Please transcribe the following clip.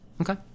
Okay